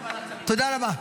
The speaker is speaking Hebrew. תודה רבה.